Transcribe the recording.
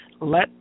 Let